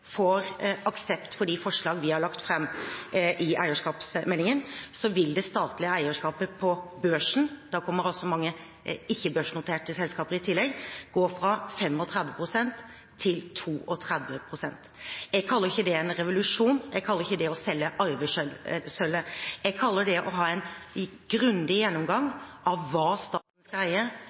får aksept for de forslag vi har lagt fram i eierskapsmeldingen, vil det statlige eierskapet på børsen – da kommer det mange ikke-børsnoterte selskaper i tillegg – gå fra 35 pst. til 32 pst. Jeg kaller ikke det en revolusjon, jeg kaller ikke det å selge arvesølvet, jeg kaller det å ha en grundig gjennomgang av hva staten skal eie, hvorfor staten skal eie, og hvordan staten skal eie.